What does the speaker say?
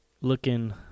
looking